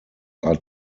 are